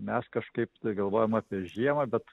mes kažkaip tai galvojam apie žiemą bet